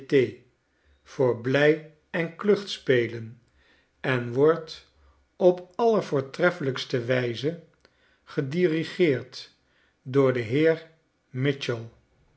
voor blij en kluchtspelen en wordt op allervoortreffelijkste wijze gedirigeerd door den heer